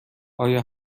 آیا